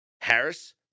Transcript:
Harris